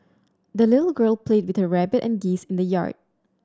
the little girl played with her rabbit and geese in the yard